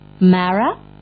Mara